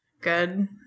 good